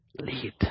lead